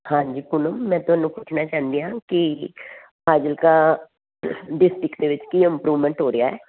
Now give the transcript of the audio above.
ਹਾਂਜੀ ਪੂਨਮ ਮੈਂ ਤੁਹਾਨੂੰ ਪੁੱਛਣਾ ਚਾਹੁੰਦੀ ਆ ਕਿ ਫਾਜ਼ਿਲਕਾ ਡਿਸਟਰਿਕ ਦੇ ਵਿੱਚ ਕੀ ਇਮਪਰੂਵਮੈਂਟ ਹੋ ਰਿਹਾ